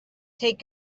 take